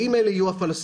ואם אלה יהיו הפלסטינים,